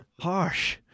Harsh